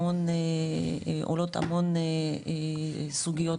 עולות המון סוגיות